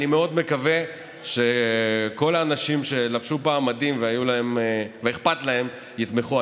אני מאוד מקווה שכל האנשים שלבשו פעם מדים ואכפת להם יתמכו.